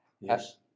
Yes